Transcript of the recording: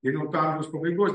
devyniolikto amžiaus pabaigos